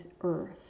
Earth